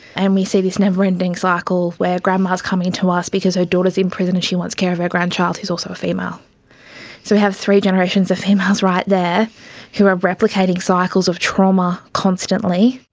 and we see this never-ending cycle where grandma is coming in to us because her daughter is in prison and she wants care of her grandchild who is also a female. so we have three generations of females right there who are replicating cycles of trauma constantly.